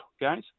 guys